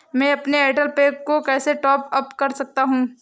मैं अपने एयरटेल पैक को कैसे टॉप अप कर सकता हूँ?